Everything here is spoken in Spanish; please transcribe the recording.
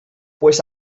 pues